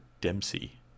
Dempsey